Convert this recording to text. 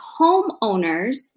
homeowners